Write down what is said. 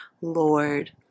Lord